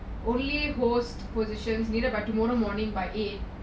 only host positions needed by tomorrow morning by eight